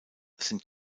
sind